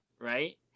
right